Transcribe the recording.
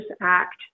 act